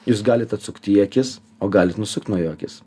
jūs galit atsukt į jį akis o galit nusukti nuo jo akis